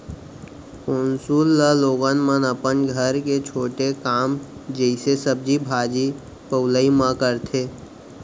पौंसुल ल लोगन मन अपन घर के छोटे काम जइसे सब्जी भाजी पउलई म करथे